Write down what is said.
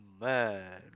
man